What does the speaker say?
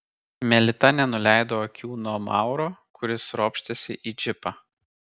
melita nenuleido akių nuo mauro kuris ropštėsi į džipą